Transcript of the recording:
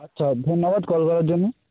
আচ্ছা ধন্যবাদ কল করার জন্য